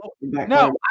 no